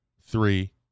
three